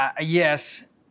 Yes